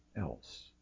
else